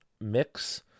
mix